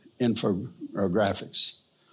infographics